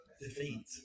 defeat